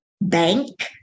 bank